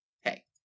hey